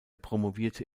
promovierte